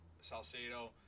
Salcedo